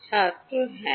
ছাত্র হ্যাঁ